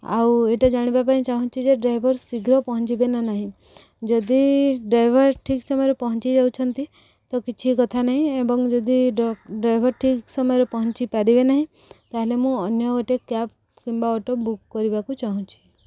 ଆଉ ଏଇଟା ଜାଣିବା ପାଇଁ ଚାହୁଁଛି ଯେ ଡ୍ରାଇଭର୍ ଶୀଘ୍ର ପହଞ୍ଚିବେ ନା ନାହିଁ ଯଦି ଡ୍ରାଇଭର୍ ଠିକ୍ ସମୟରେ ପହଞ୍ଚି ଯାଉଛନ୍ତି ତ କିଛି କଥା ନାହିଁ ଏବଂ ଯଦି ଡ୍ରାଇଭର୍ ଠିକ୍ ସମୟରେ ପହଞ୍ଚି ପାରିବେ ନାହିଁ ତା'ହେଲେ ମୁଁ ଅନ୍ୟ ଗୋଟେ କ୍ୟାବ୍ କିମ୍ବା ଅଟୋ ବୁକ୍ କରିବାକୁ ଚାହୁଁଛି